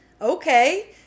okay